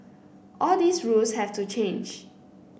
all these rules have to change